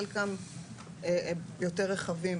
וחלקם יותר רחבים,